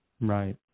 Right